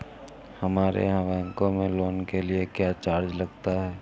हमारे यहाँ बैंकों में लोन के लिए क्या चार्ज लगता है?